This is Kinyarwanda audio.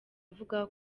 avuga